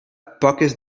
poques